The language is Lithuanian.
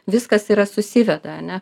viskas yra susiveda ane